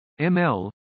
ML